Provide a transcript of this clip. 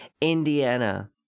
Indiana